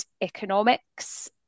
economics